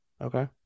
Okay